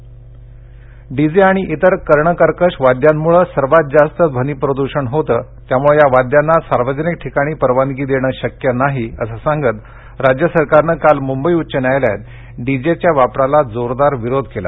DJ DJ आणि इतर कर्णकर्कश वाद्यांमुळे सर्वात जास्त ध्वनी प्रदूषण होतं त्यामुळे या वाद्यांना सार्वजनिक ठिकाणी परवानगी देणं शक्य नाही असं सांगत राज्य सरकारनं काल मुंबई उच्च न्यायालयात डीजेच्या वापराला जोरदार विरोध केला